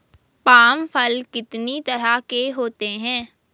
Palm फल कितनी तरह के होते हैं?